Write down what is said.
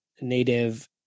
native